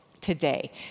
today